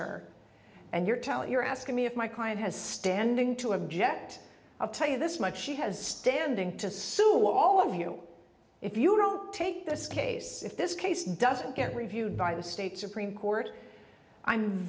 her and your talent you're asking me if my client has standing to object i'll tell you this much she has standing to sue all of you if you don't take this case if this case doesn't get reviewed by the state supreme court i'm